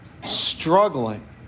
struggling